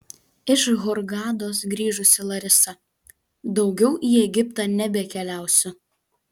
iš hurgados grįžusi larisa daugiau į egiptą nebekeliausiu